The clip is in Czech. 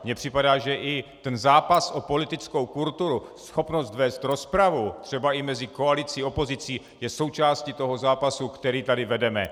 Mně připadá, že i ten zápas o politickou kulturu, schopnost vést rozpravu třeba i mezi koalicí a opozicí, je součástí toho zápasu, který tady vedeme.